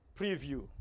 preview